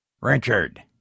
Richard